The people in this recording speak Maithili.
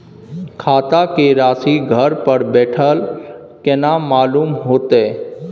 खाता के राशि घर बेठल केना मालूम होते?